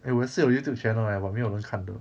eh 我也是有 YouTube channel leh but 没有人看的